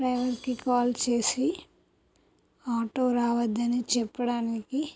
డ్రైవర్కి కాల్ చేసి ఆటో రావద్దని చెప్పడానికి